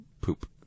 poop